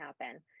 happen